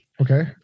Okay